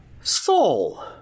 Soul